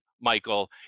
Michael